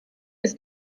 ist